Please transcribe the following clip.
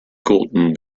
gorton